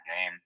game